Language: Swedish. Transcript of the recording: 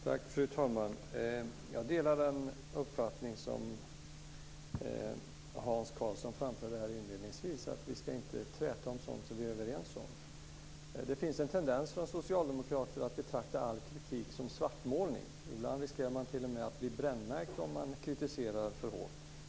Fru talman! Jag delar den uppfattning som Hans Karlsson framförde inledningsvis. Vi ska inte träta om sådant vi är överens om. Det finns en tendens från socialdemokrater att betrakta all kritik som svartmålning. Ibland riskerar man t.o.m. att bli brännmärkt om man kritiserar för hårt.